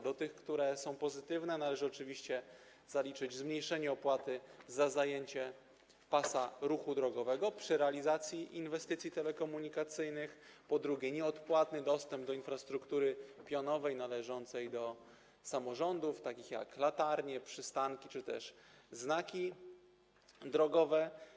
Do tych, które są pozytywne, należy oczywiście zaliczyć, po pierwsze, zmniejszenie opłaty za zajęcie pasa ruchu drogowego przy realizacji inwestycji telekomunikacyjnych, po drugie, nieodpłatny dostęp do infrastruktury pionowej należącej do samorządów, takiej jak: latarnie, przystanki czy też znaki drogowe.